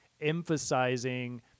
emphasizing